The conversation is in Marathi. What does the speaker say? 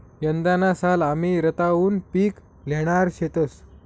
यंदाना साल आमी रताउनं पिक ल्हेणार शेतंस